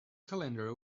calendar